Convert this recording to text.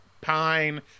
pine